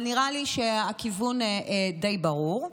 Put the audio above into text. אבל נראה לי שהכיוון די ברור.